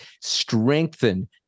strengthen